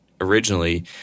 originally